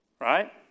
right